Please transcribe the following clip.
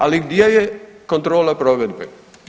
Ali, gdje je kontrola provedbe?